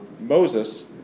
Moses